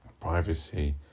Privacy